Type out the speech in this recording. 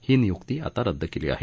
ही नियूक्ती आता रद्द केली आहे